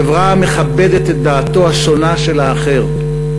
חברה המכבדת את דעתו השונה של האחר,